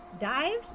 dived